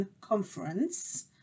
conference